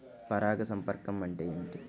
పరాగ సంపర్కం అంటే ఏమిటి?